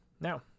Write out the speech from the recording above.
Now